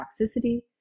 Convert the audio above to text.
toxicity